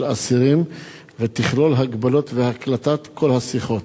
אסירים ותכלול הגבלות והקלטת כל השיחות.